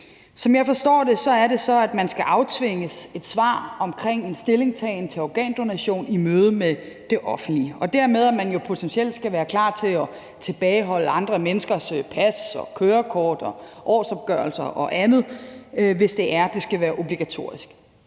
Som jeg forstår det, er det, at folk skal aftvinges et svar om en stillingtagen til organdonation i mødet med det offentlige, og at man dermed jo potentielt skal være klar til at tilbageholde andre menneskers pas, kørekort, årsopgørelser og andet, hvis det er, at det skal være obligatorisk.